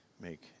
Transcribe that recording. make